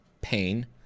pain